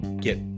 get